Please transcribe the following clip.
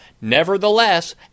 Nevertheless